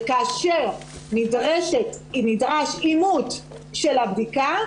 כאשר נדרש אימות של הבדיקה,